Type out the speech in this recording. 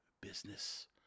business